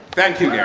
thank you,